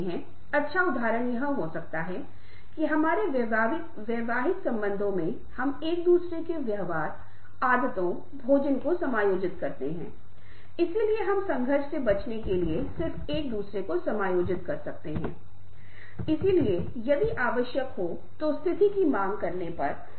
company संस्कृति को fit करना कुछ ऐसा है जो परिवर्तन प्रबंधन परिवर्तन को समझने की क्षमता परिवर्तन का सामना करने के लिए सहानुभूति यह समझने के लिए है कि कंपनी क्या चाहती है बुद्धि और बुनियादी संचार कौशल है